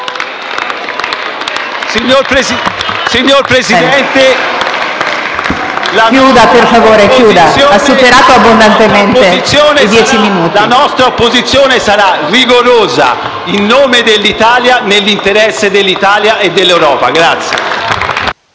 Signor Presidente, la nostra opposizione sarà rigorosa in nome dell'Italia, nell'interesse dell'Italia e dell'Europa.